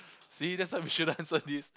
see that's why we shouldn't answer this